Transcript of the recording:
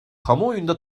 kamuoyunda